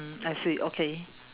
mm I see okay